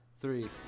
three